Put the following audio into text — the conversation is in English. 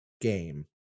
game